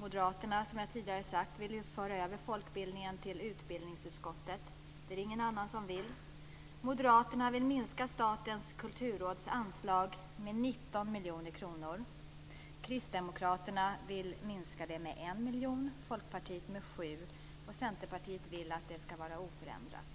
Moderaterna vill, som jag tidigare har sagt, föra över folkbildningen till utbildningsutskottet. Det är det ingen annan som vill. Moderaterna vill minska Statens kulturråds anslag med 19 miljoner kronor. Kristdemokraterna vill minska anslaget med 1 miljon kronor, och Folkpartiet vill minska med 7 miljoner kronor. Centerpartiet vill att det ska vara oförändrat.